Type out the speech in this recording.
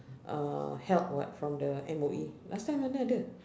uh help [what] from the M_O_E last time mana ada